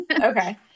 Okay